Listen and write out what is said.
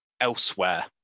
elsewhere